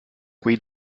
quei